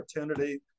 opportunity